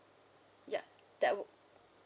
ya that would